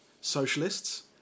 socialists